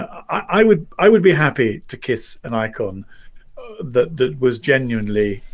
i would i would be happy to kiss an icon that that was genuinely